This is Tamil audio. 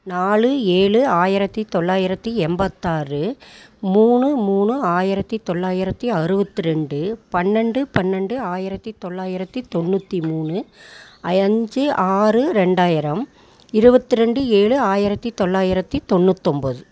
நாலு ஏழு ஆயிரத்தி தொள்ளாயிரத்தி எண்பத்தாறு மூணு மூணு ஆயிரத்தி தொள்ளாயிரத்தி அறுபத்து ரெண்டு பன்னெண்டு பன்னெண்டு ஆயிரத்தி தொள்ளாயிரத்தி தொண்ணூற்றி மூணு ஐ அஞ்சு ஆறு ரெண்டாயிரம் இருபத்து ரெண்டு ஏழு ஆயிரத்தி தொள்ளாயிரத்தி தொண்ணூத்தொம்பது